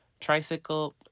Tricycle